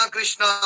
Krishna